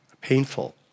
painful